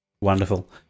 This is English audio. Wonderful